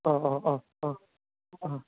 अह अह अह अह ओम